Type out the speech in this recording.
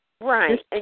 Right